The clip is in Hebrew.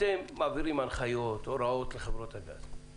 אתם מעבירים הנחיות, הוראות, לחברות הגז.